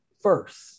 first